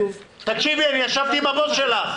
תקשיבי, אני ישבתי עם הבוס שלך.